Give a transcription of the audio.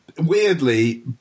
weirdly